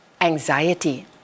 Anxiety